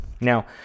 Now